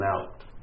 out